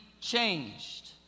changed